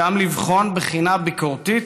גם לבחון בחינה ביקורתית